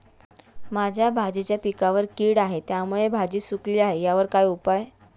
माझ्या भाजीच्या पिकावर कीड आहे त्यामुळे भाजी सुकली आहे यावर काय उपाय?